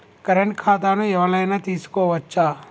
Current ఖాతాను ఎవలైనా తీసుకోవచ్చా?